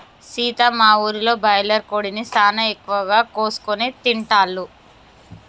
సీత మా ఊరిలో బాయిలర్ కోడిని సానా ఎక్కువగా కోసుకొని తింటాల్లు